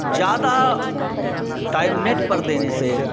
ज़्यादा time net पर देने से